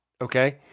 Okay